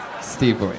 Steve